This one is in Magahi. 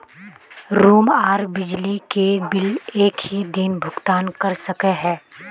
रूम आर बिजली के बिल एक हि दिन भुगतान कर सके है?